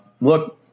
Look